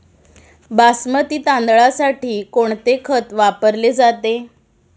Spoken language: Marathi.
बासमती तांदळासाठी कोणते खत वापरले जाते?